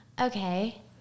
Okay